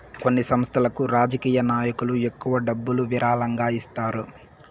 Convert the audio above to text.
కొన్ని సంస్థలకు రాజకీయ నాయకులు ఎక్కువ డబ్బులు విరాళంగా ఇస్తారు